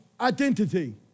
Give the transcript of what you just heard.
identity